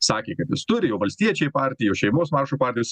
sakė kad jis turi jo valstiečiai partija jo šeimos maršo partija